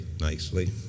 nicely